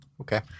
Okay